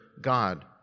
God